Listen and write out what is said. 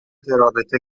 رابطه